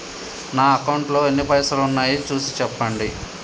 నా అకౌంట్లో ఎన్ని పైసలు ఉన్నాయి చూసి చెప్పండి?